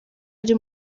ari